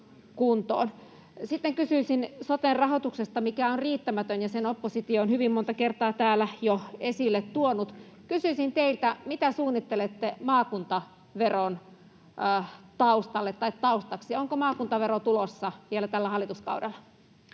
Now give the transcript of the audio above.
Sitten kysyisin soten rahoituksesta, mikä on riittämätön, ja sen oppositio on hyvin monta kertaa täällä jo esille tuonut. Kysyisin teiltä: Mitä suunnittelette maakuntaveron taustalle tai taustaksi? Onko maakuntavero tulossa vielä tällä hallituskaudella?